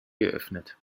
geöffnet